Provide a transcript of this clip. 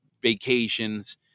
vacations